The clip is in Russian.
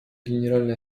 генеральная